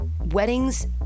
weddings